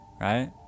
right